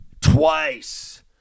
twice